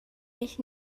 mich